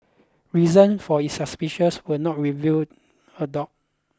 reason for its suspicions were not revealed adore